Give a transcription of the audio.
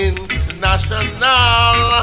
International